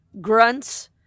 grunts